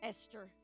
Esther